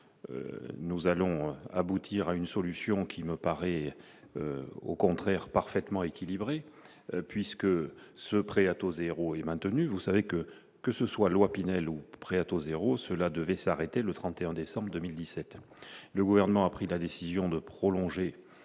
nous allons aboutir à une solution qui me paraît au contraire parfaitement équilibré puisque ce prêt à taux 0 est maintenu, vous savez que, que ce soit loi Pinel au prêt à taux 0, cela devait s'arrêter le 31 décembre 2017, le gouvernement a pris la décision de prolonger